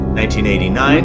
1989